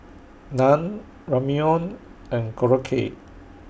Naan Ramyeon and Korokke